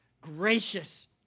gracious